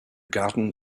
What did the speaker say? garten